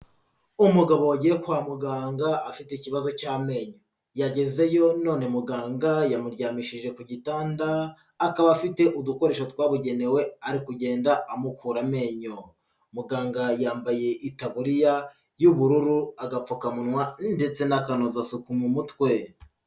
Umugabo wagiye kwa muganga afite ikibazo cy'amenyo. Yagezeyo none muganga yamuryamishije ku gitanda, akaba afite udukoresho twabugenewe ari kugenda amukura amenyo. Muganga yambaye itaburiya y'ubururu, agapfukamunwa ndetse n'akanozasuku mu mutwe.